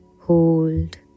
Hold